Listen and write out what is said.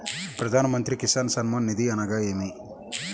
ప్రధాన మంత్రి కిసాన్ సన్మాన్ నిధి అనగా ఏమి?